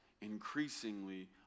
increasingly